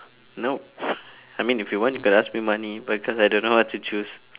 nope I mean if you want you could ask me money but cause I don't know what to choose